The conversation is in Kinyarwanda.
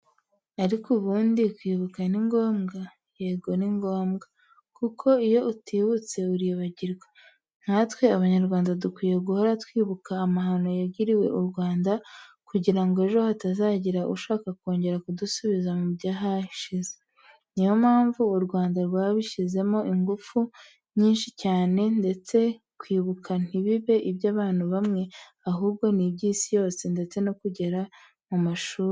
Ariko ubundi kwibuka ni ngombwa? Yego ni ngombwa kuko iyo utibutse uribagirwa. Nkatwe Abanyarwanda dukwiye guhora twibuka amahano yagwiriye u Rwanda, kugira ngo ejo hatazagira ushaka kongera kudusubiza mu byahashize. Niyo mpamvu u Rwanda rwabishyizemo ingufu nyinshi cyane ndetse kwibuka ntibibe iby'abantu bamwe, ahubwo ni iby'Isi yose ndetse no kugera mu mashuri.